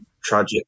tragic